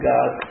God